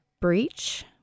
breach